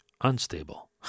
unstable